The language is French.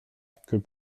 que